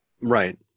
Right